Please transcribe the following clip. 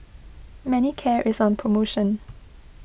Manicare is on promotion